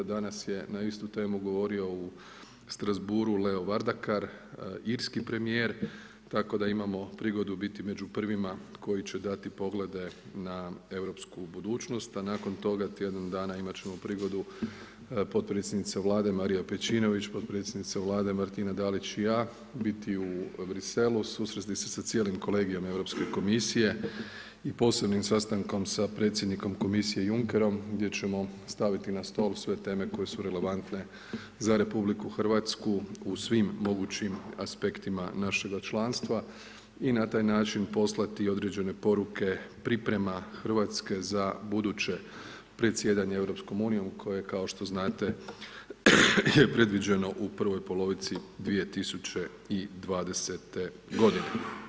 Danas je na istu temu govorio u Strasbourgu Leo Varadkar irski premijer tako da imamo prigodu biti među prvima koji će dati poglede na europsku budućnost, a nakon toga tjedan dana imat ćemo prigodu potpredsjednica Vlade Marija Pejčinović, potpredsjednica Vlade Martina Dalić i ja biti u Bruxellesu, susresti se sa cijelim kolegijem Europske komisije i posebnim sastankom sa predsjednikom Komisije Junckerom gdje ćemo staviti na stol sve teme koje su relevantne za Republiku Hrvatsku u svim mogućim aspektima našega članstva i na taj način poslati određene poruke priprema Hrvatske za buduće predsjedanje Europskom unijom koja je kao što znate je predviđeno u prvoj polovici 2020. godine.